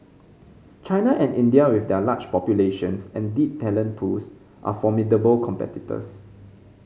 China and India with their large populations and deep talent pools are formidable competitors